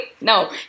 No